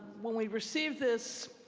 when we received this,